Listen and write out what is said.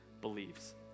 believes